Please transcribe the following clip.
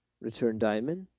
returned diamond.